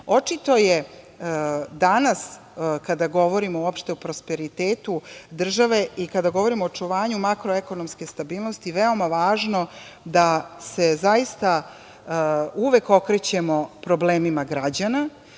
je danas, kada govorimo uopšte o prosperitetu države i kada govorimo o očuvanju makroekonomske stabilnosti veoma važno da se zaista uvek okrećemo problemima građana,